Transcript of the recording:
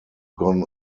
gone